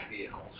vehicles